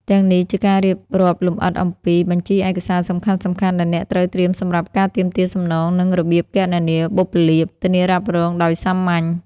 ទាំងនេះជាការរៀបរាប់លម្អិតអំពី បញ្ជីឯកសារសំខាន់ៗ ដែលអ្នកត្រូវត្រៀមសម្រាប់ការទាមទារសំណង និង របៀបគណនាបុព្វលាភ ធានារ៉ាប់រងដោយសាមញ្ញ។